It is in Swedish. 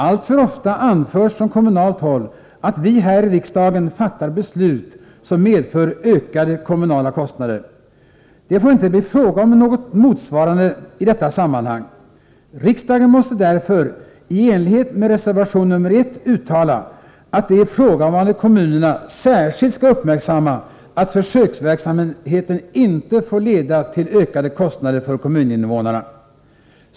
Alltför ofta anförs från kommunalt håll att vi här i riksdagen fattar beslut, som medför ökade kommunala kostnader. Det får inte bli fråga om något motsvarande i detta sammanhang. Riksdagen måste därför, i enlighet med reservation nr 1, uttala att de ifrågavarande kommunerna särskilt skall uppmärksamma att försöksverksamheten inte får leda till ökade kostnader för kommuninnevånarna.